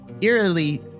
eerily